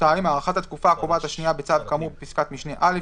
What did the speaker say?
(ב)הארכת התקופה הקובעת השנייה בצו כאמור בפסקת משנה (א),